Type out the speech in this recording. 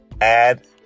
add